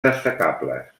destacables